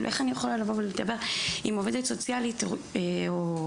איך אני יכולה לדבר עם עובדת סוציאלית או מנהלת